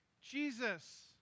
Jesus